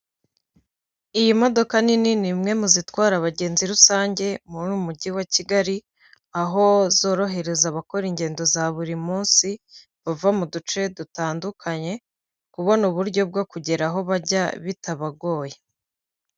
Iyi modoka nini ni imwe mu zitwara abagenzi rusange muri uyu Mujyi wa Kigali, aho zorohereza abakora ingendo za buri munsi, bava mu duce dutandukanye kubona uburyo bwo kugera aho bajya bitabagoye.